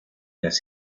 las